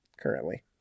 currently